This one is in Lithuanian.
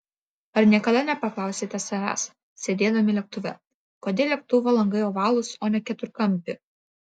ar niekada nepaklausėte savęs sėdėdami lėktuve kodėl lėktuvo langai ovalūs o ne keturkampi